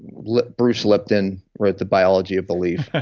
bruce lipton wrote the biology of belief.